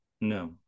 No